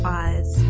eyes